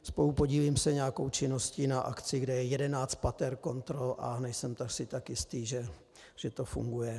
Spolupodílím se nějakou činností na akci, kde je 11 pater kontrol, a nejsem si tak jistý, že to funguje.